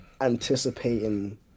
anticipating